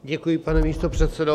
Děkuji, pane místopředsedo.